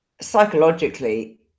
psychologically